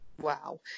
Wow